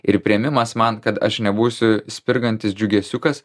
ir priėmimas man kad aš nebūsiu spirgantis džiugesiukas